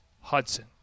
Hudson